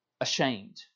ashamed